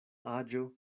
aĝo